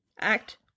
Act